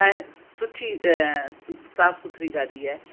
ऐं सुठी साफ़ु सुथिरी गाॾी आहे